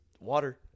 water